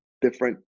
different